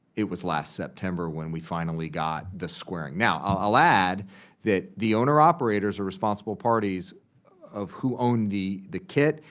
it was last september when we finally got the square. now, i'll add that the owner-operators are responsible parties of who owned the the kit,